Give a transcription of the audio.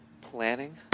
planning